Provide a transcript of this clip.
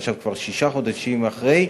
עכשיו כבר שישה חודשים אחרי,